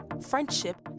friendship